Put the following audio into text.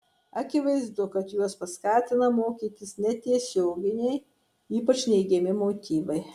akivaizdu kad juos paskatina mokytis netiesioginiai ypač neigiami motyvai